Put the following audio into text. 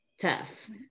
tough